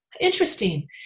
Interesting